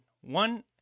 One